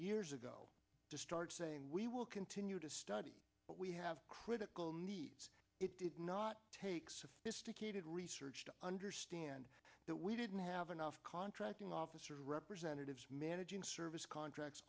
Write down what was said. years ago to start saying we will continue to study but we have critical needs it did not take sophisticated research to understand that we didn't have enough contracting officer representatives managing service contracts